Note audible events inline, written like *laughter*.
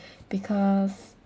*breath* because